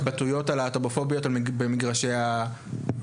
בהתבטאויות הלהט"בופוביות במגרשי הספורט?